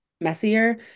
messier